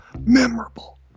memorable